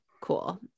Cool